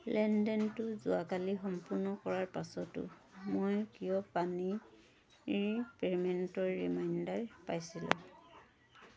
লেনদেনটো যোৱাকালি সম্পূৰ্ণ কৰাৰ পাছতো মই কিয় পানীৰ পে'মেণ্টৰ ৰিমাইণ্ডাৰ পাইছিলো